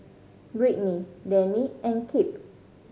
Britny Danny and Kipp